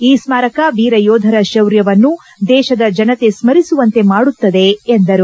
ಈ ಸ್ನಾರಕ ವೀರ ಯೋಧರ ಶೌರ್ಯವನ್ನು ದೇಶದ ಜನತೆ ಸ್ಥರಿಸುವಂತೆ ಮಾಡುತ್ತದೆ ಎಂದರು